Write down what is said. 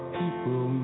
people